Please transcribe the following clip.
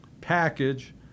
package